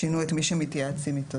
שינו את מי שמתייעצים איתו.